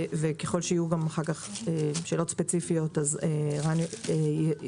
וככל שיהיו אחר כך שאלות ספציפיות הוא יתייחס.